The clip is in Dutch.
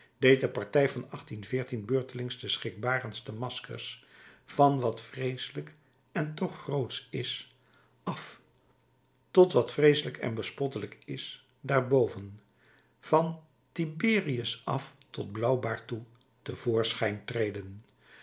de partij van beurtelings de schrikbarendste maskers van wat vreeselijk en toch grootsch is af tot wat vreeselijk en bespottelijk is daarenboven van tiberius af tot blauwbaard toe te voorschijn treden